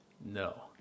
No